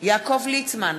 יעקב ליצמן,